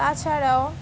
তাছাড়াও